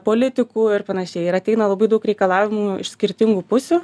politikų ir panašiai ir ateina labai daug reikalavimų iš skirtingų pusių